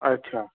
अच्छा